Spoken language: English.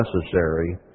necessary